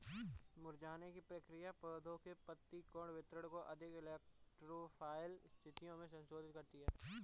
मुरझाने की प्रक्रिया पौधे के पत्ती कोण वितरण को अधिक इलेक्ट्रो फाइल स्थितियो में संशोधित करती है